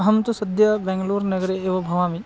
अहं तु सद्यः बेङ्गळूर् नगरे एव भवामि